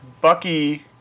Bucky